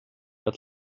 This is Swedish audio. att